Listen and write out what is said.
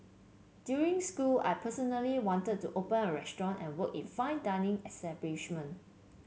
during school I personally wanted to open a restaurant and work in fine dining establishment